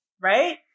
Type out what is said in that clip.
right